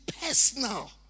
personal